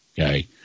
okay